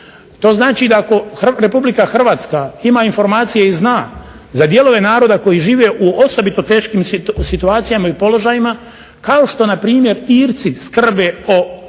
To znači, ako Republika Hrvatska ima informacije i zna za dijelove naroda koji žive u osobito teškim situacijama i položajima kao što na primjer Irci skrbe o loše